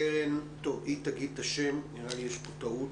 קרן אוחנה